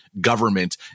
government